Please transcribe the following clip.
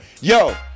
yo